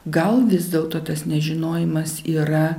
gal vis dėlto tas nežinojimas yra